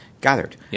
gathered